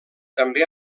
també